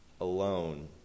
alone